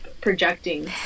projecting